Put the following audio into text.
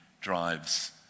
drives